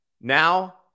Now